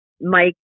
Mike